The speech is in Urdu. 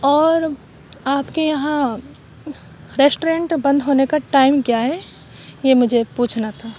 اور آپ کے یہاں ریسٹورنٹ بند ہونے کا ٹائم کیا ہے یہ مجھے پوچھنا تھا